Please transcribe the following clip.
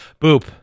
Boop